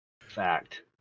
Fact